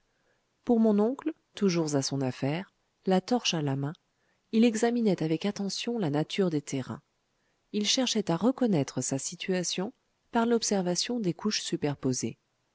pour mon oncle toujours à son affaire la torche à la main il examinait avec attention la nature des terrains il cherchait à reconnaître sa situation par l'observation des couches superposées